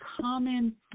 common